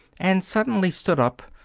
and suddenly stood up,